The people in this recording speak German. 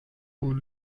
von